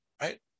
Right